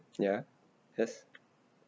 ya yes